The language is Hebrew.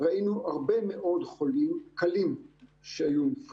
ראינו הרבה מאוד חולים קלים שמאושפזים,